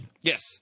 Yes